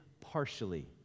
partially